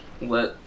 Let